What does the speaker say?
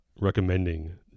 recommending